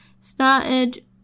Started